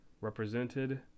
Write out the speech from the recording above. represented